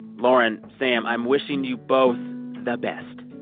lauren, sam, i'm wishing you both the best.